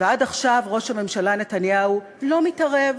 ועד עכשיו ראש הממשלה נתניהו לא מתערב,